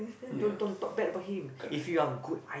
ya correct